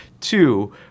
Two